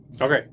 Okay